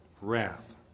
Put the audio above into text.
wrath